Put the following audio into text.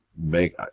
make